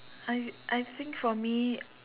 I I think for me